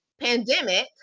pandemic